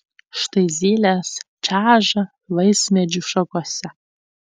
štai zylės čeža vaismedžių šakose